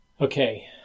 okay